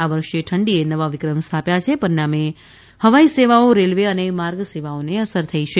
આ વર્ષે ઠંડીએ નવા વિક્રમ સ્થાપ્યા છે પરિણામે હવાઇ સેવાઓ રેલવે અને માર્ગ સેવાઓને અસર થઇ છે